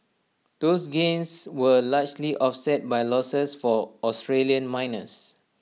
those gains were largely offset by losses for Australian miners